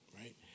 right